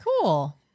cool